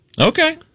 Okay